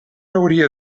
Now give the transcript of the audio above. hauria